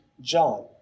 John